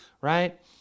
right